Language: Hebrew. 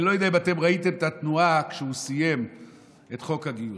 אני לא יודע אם אתם ראיתם את התנועה כשהוא סיים את חוק הגיוס.